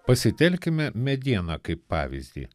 pasitelkime medieną kaip pavyzdį